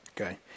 okay